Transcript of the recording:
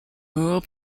rural